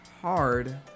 hard